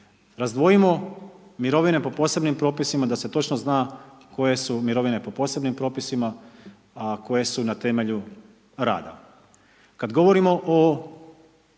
Razdvojimo mirovine po posebnim propisima da se točno zna koje su mirovine po posebnim propisima, a koje su na temelju rada. Kad govorimo o